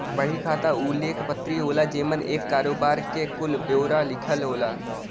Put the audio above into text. बही खाता उ लेख पत्री होला जेमन एक करोबार के कुल ब्योरा लिखल होला